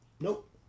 nope